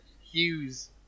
Hughes